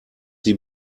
sie